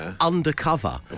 undercover